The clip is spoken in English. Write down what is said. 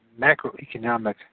macroeconomic